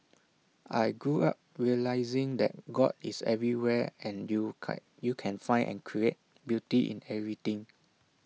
I grew up realising that God is everywhere and you can't can find and create beauty in everything